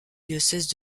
diocèse